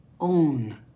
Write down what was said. own